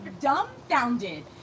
dumbfounded